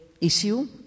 issue